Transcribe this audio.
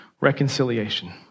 Reconciliation